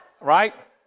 right